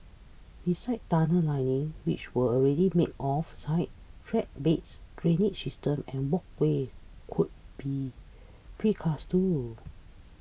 besides tunnel linings which are already made off site track beds drainage systems and walkways could be precast too